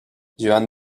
joan